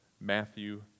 Matthew